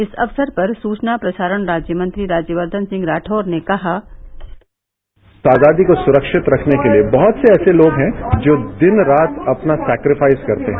इस अवसर पर सूचना प्रसारण राज्य मंत्री राज्यवर्द्धन सिंह राठौर ने कहा आजादी को सुरक्षित रखने के लिए बहुत से ऐसे लोग है जो दिन रात अपना सेक्रफाइज करते है